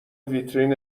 ویترین